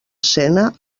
escena